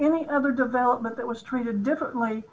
any other development that was treated differently